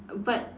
but